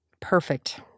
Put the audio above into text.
perfect